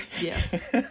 Yes